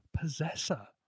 Possessor